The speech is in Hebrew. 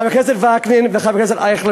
חבר הכנסת וקנין וחבר הכנסת אייכלר,